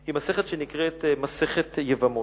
היא מסכת שנקראת מסכת יבמות.